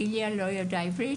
איליה לא ידע עברית,